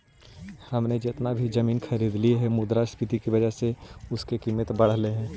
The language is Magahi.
हमने जितना भी जमीनें खरीदली हियै मुद्रास्फीति की वजह से उनकी कीमत बढ़लई हे